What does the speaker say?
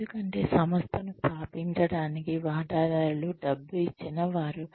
ఎందుకంటే సంస్థను స్థాపించడానికి వాటాదారులు డబ్బు ఇచ్చిన వారు